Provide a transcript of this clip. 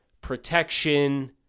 protection